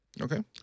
Okay